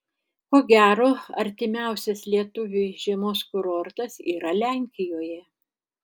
ko gero artimiausias lietuviui žiemos kurortas yra lenkijoje